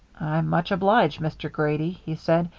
i'm much obliged, mr. grady, he said.